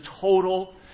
total